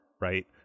right